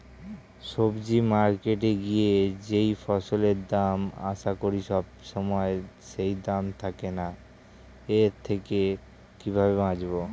সবজি মার্কেটে গিয়ে যেই ফসলের দাম আশা করি সবসময় সেই দাম থাকে না এর থেকে কিভাবে বাঁচাবো?